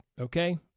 Okay